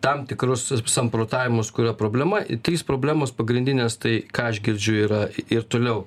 tam tikrus samprotavimus kur yra problema ir trys problemos pagrindinės tai ką aš girdžiu yra ir toliau